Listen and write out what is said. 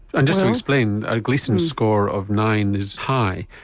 and just to explain a gleason score of nine is high,